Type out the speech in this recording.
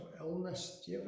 illness